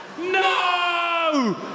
No